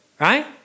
right